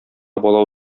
бала